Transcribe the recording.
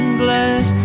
glass